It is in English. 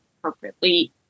appropriately